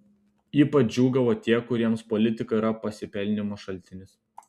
ypač džiūgavo tie kuriems politika yra pasipelnymo šaltinis